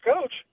coach